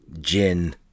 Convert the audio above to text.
gin